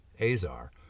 Azar